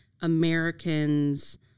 Americans